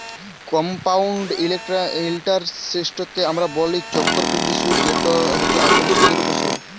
compound ইলটারেস্টকে আমরা ব্যলি চক্করবৃদ্ধি সুদ যেট হছে আসলে সুদের উপর সুদ